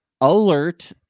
alert